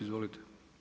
Izvolite.